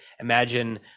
imagine